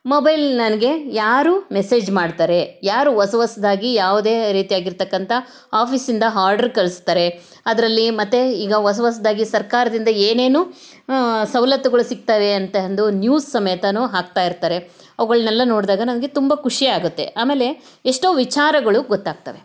mobile ನನಗೆ ಯಾರು message ಮಾಡ್ತಾರೆ ಯಾರು ಹೊಸ ಹೊಸ್ದಾಗಿ ಯಾವುದೇ ರೀತಿಯಾಗಿರತಕ್ಕಂಥ ಆಫೀಸಿಂದ ಹಾರ್ಡ್ರ್ ಕಳಿಸ್ತಾರೆ ಅದರಲ್ಲಿ ಮತ್ತು ಈಗ ಹೊಸ ಹೊಸ್ದಾಗಿ ಸರ್ಕಾರದಿಂದ ಏನೇನು ಸವಲತ್ತುಗಳು ಸಿಗ್ತವೆ ಅಂತ ಅಂದು ನ್ಯೂಸ್ ಸಮೇತ ಹಾಕ್ತಾ ಇರ್ತಾರೆ ಅವುಗಳ್ನೆಲ್ಲ ನೋಡಿದಾಗ ನನಗೆ ತುಂಬ ಖುಷಿಯಾಗುತ್ತೆ ಆಮೇಲೆ ಎಷ್ಟೋ ವಿಚಾರಗಳು ಗೊತ್ತಾಗ್ತವೆ